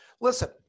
listen